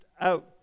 out